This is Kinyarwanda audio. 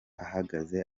ahagaze